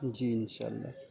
جی ان شاء اللہ